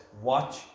Watch